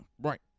right